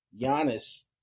Giannis